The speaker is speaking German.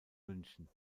münchen